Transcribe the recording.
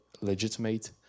legitimate